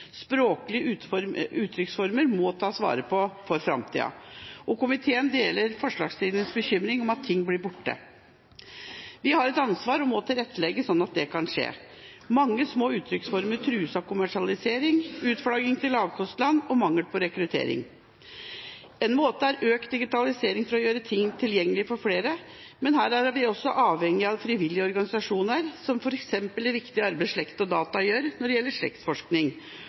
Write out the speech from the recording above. språklige uttrykksformer, må tas vare på for framtida, og komiteen deler forslagsstillernes bekymring over at ting blir borte. Vi har et ansvar og må tilrettelegge, slik at det kan skje. Mange små uttrykksformer trues av kommersialisering, utflagging til lavkostland og mangel på rekruttering. Én måte er økt digitalisering for å gjøre ting tilgjengelig for flere, men her er vi også avhengig av frivillige organisasjoner, jf. f.eks. det viktige arbeidet Slekt og Data gjør når det gjelder